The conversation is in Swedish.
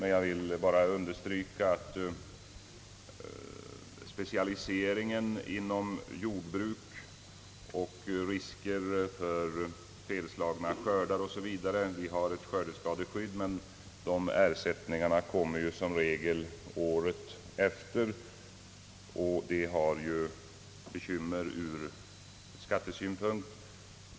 Det finns ett skördeskadeskydd ur vilket pengar utbetalas då skörden har slagit fel osv., men utbetalningen sker i regel året efter det skadan inträffat och det medför bekymmer ur skattesynpunkt.